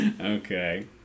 Okay